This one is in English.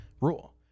rule